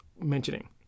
mentioning